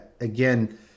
again